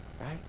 right